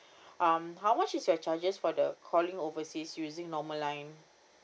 um how much is your charges for the calling overseas using normal line